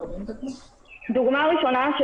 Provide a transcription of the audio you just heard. דוגמה ראשונה,